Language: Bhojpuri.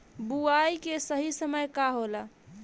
बुआई के सही समय का होला?